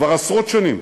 כבר עשרות שנים,